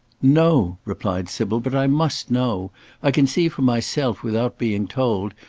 no! replied sybil but i must know i can see for myself without being told,